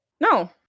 No